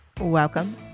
Welcome